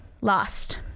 lost